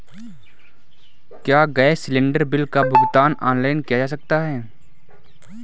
क्या gas cylinder bill का भुगतान ऑनलाइन किया जा सकता है?